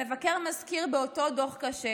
המבקר מזכיר באותו דוח קשה,